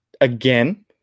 again